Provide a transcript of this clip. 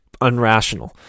unrational